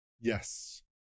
Yes